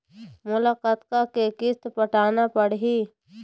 मोला कतका के किस्त पटाना पड़ही?